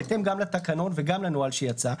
בהתאם גם לתקנות וגם לנוהל שיצא,